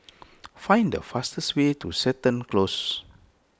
find the fastest way to Seton Close